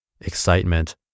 excitement